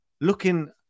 looking